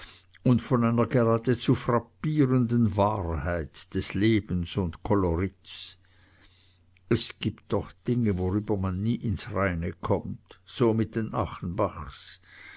und von einer geradezu frappierenden wahrheit des lebens und kolorits es gibt doch dinge worüber man nie ins reine kommt so mit den achenbachs